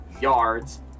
yards